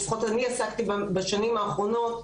או לפחות אני עסקתי בשנים האחרונות,